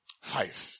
Five